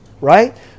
right